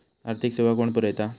आर्थिक सेवा कोण पुरयता?